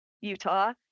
Utah